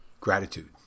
Gratitude